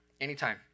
anytime